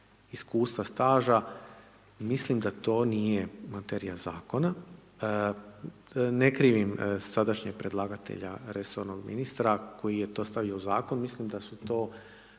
iskustva staža, mislim da to nije materija zakona. Ne krivim sadašnjeg predlagatelja resornog ministra koji je to stavio u zakon, mislim da je su